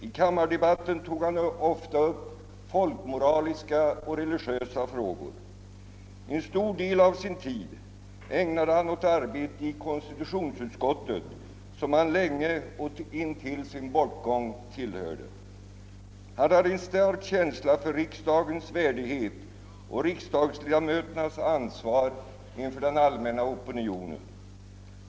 I kammardebatterna tog han ofta upp folkmoraliska och religiösa frågor. En stor del av sin tid ägnade han åt arbetet i konstitutionsutskottet, som han länge och intill sin bortgång tillhörde. Han hade en stark känsla för riksdagens värdighet och riksdagsledamöternas ansvar inför den allmänna opinionen.